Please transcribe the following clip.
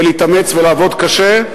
ולהתאמץ ולעבוד קשה,